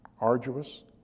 arduous